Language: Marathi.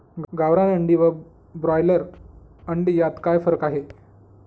गावरान अंडी व ब्रॉयलर अंडी यात काय फरक आहे?